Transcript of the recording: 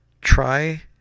try